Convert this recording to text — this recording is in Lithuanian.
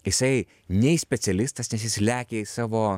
jisai nei specialistas nes jis lekia į savo